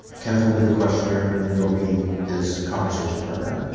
kenneth will be the questioner and you'll be his conversation partner